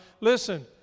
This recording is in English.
Listen